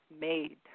made